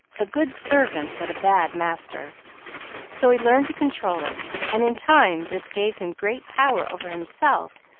a good servant, but a bad master so he learned to control it, and in time this gave him great power over himself,